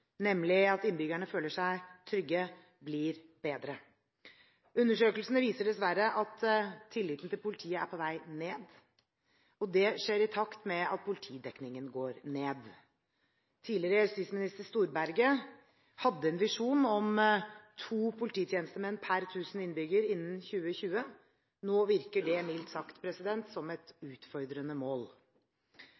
nemlig at innbyggerne føler seg trygge, blir bedre. Undersøkelsene viser dessverre at tilliten til politiet er på vei ned, og det skjer i takt med at politidekningen går ned. Tidligere justisminister Storberget hadde en visjon om to polititjenestemenn per tusen innbyggere innen 2020. Nå virker det, mildt sagt, som et